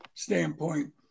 standpoint